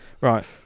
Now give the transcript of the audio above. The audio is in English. Right